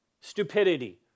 stupidity